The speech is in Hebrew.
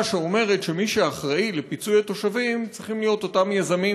שאמרת שמי שאחראים לפיצוי התושבים צריכים להיות אותם יזמים,